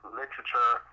literature